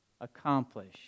accomplish